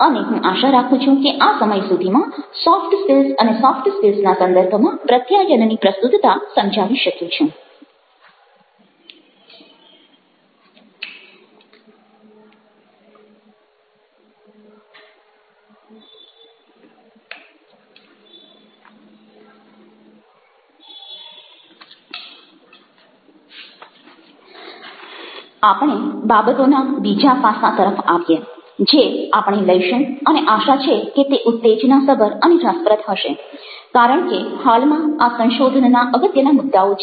અને હું આશા રાખું છું કે આ સમય સુધીમાં સોફ્ટ સ્કિલ્સ અને સોફ્ટ સ્કિલ્સના સંદર્ભમાં પ્રત્યાયનની પ્રસ્તુતતા સમજાવી શક્યો છું આપણે બાબતોના બીજા પાસા તરફ આવીએ જે આપણે લઈશું અને આશા છે કે તે ઉત્તેજનાસભર અને રસપ્રદ હશે કારણ કે હાલમાં આ સંશોધનના અગત્યના મુદ્દાઓ છે